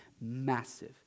massive